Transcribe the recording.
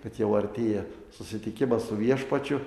kad jau artėja susitikimas su viešpačiu